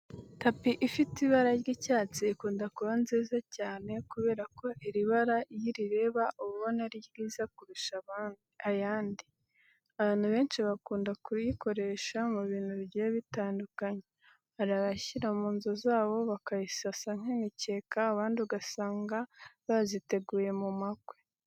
Tapi ifite ibara ry'icyatsi ikunda kuba nziza cyane kubera ko iri bara iyo urireba uba ubona ari ryiza kurusha ayandi. Abantu benshi bakunda kuyikoresha mu bintu bigiye bitandukanye, hari abayishyira mu nzu zabo bakayisasa nk'imikeka, abandi ugasanga baziteguye mu makwe.